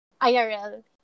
IRL